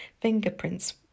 Fingerprints